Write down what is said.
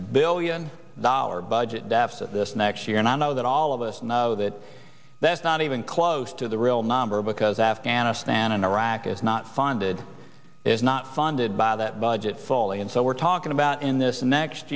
billion dollars budget deficit this next year and i know that all of us know that that's not even close to the real number because afghanistan and iraq is not funded is not funded by that budget fully and so we're talking about in this next